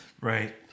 Right